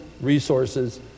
resources